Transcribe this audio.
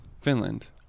Finland